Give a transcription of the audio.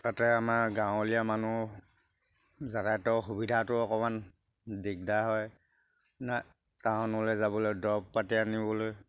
তাতে আমাৰ গাঁৱলীয়া মানুহ যাতায়াতৰ অসুবিধাটো অকণমান দিগদাৰ হয় টাউনলৈ যাবলৈ দৰৱ পাতি আনিবলৈ